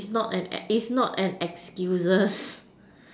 it's not an ex~ it's not an excuses